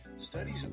studies